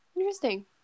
interesting